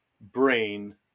brain